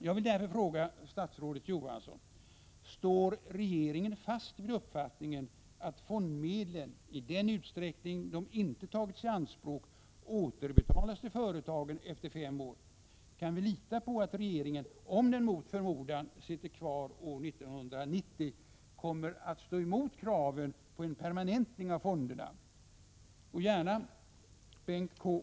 Jag vill därför fråga statsrådet Johansson: Står regeringen fast vid uppfattningen att fondmedlen, i den utsträckning de inte tagits i anspråk, återbetalas till företagen efter fem år? Kan vi lita på att regeringen, om den mot förmodan sitter kvar år 1990, kommer att stå emot kraven på en permanentning av fonderna? Jag vill, Bengt K.